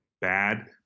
bad